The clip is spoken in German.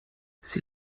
sie